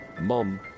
Mom